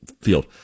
field